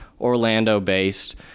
Orlando-based